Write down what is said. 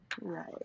Right